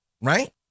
Right